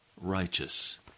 righteous